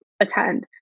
attend